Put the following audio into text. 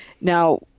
Now